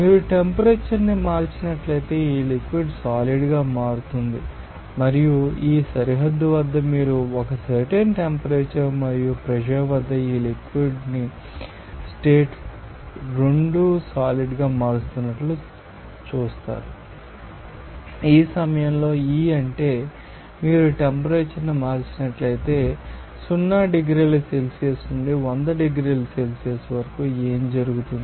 మీరు టెంపరేచర్ను మార్చినట్లయితే ఈ లిక్విడ్ సాలిడ్ గా మారుతుంది మరియు ఈ సరిహద్దు వద్ద మీరు ఒక సర్టెన్ టెంపరేచర్ మరియు ప్రెషర్ వద్ద ఈ లిక్విడ్ ాన్ని స్టేట్ 2 సాలిడ్ గా మారుస్తున్నట్లు చూస్తారు ఈ సమయంలో E అంటే మీరు టెంపరేచర్ను మార్చినట్లయితే 0 డిగ్రీ సెల్సియస్ నుండి 100 డిగ్రీల సెల్సియస్ వరకు ఏమి జరుగుతుంది